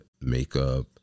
makeup